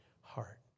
heart